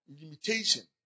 limitation